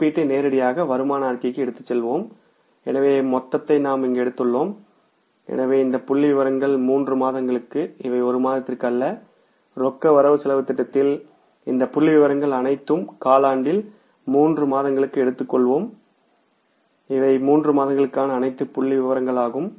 காப்பீட்டை நேரடியாக வருமான அறிக்கைக்கு எடுத்துச் செல்வோம் எனவே மொத்தத்தை நாம் இங்கு எடுத்துள்ளோம் எனவே இந்த புள்ளிவிவரங்கள் 3 மாதங்களுக்கு இவை ஒரு மாதத்திற்க்கு அல்ல ரொக்க வரவு செலவுத் திட்டத்தில் இந்த புள்ளிவிவரங்கள் அனைத்தும் காலாண்டில் 3 மாதங்களுக்கு எடுத்துள்ளோம் இவை மூன்று மாதங்களுக்கான அனைத்து புள்ளிவிபரங்களாகும்